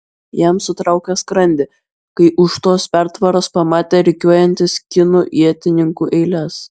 jam sutraukė skrandį kai už tos pertvaros pamatė rikiuojantis kinų ietininkų eiles